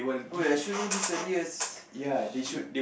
oh I should know this earliest shit